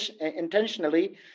intentionally